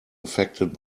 affected